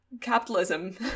capitalism